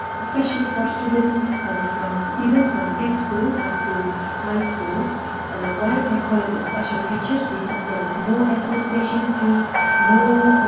especially for students from even from preschool up to high school why i call it a special features because there is no administration fee no